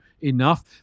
enough